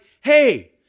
hey